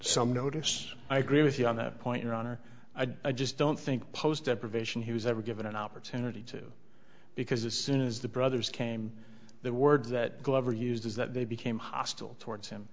some notice i agree with you on that point your honor i just don't think post depravation he was ever given an opportunity to because as soon as the brothers came the words that glover used is that they became hostile towards him